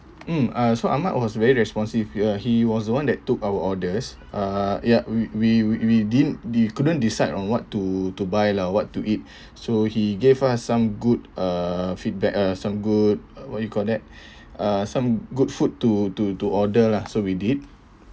mm uh so ahmad was very responsive ya he was the one that took our orders uh ya we we we didn't di~ we couldn't decide on what to to buy lah what to eat so he gave us some good uh feedback uh some good what you call that uh some good food to to to order lah so we did